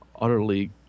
utterly